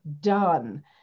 done